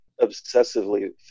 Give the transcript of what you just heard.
obsessively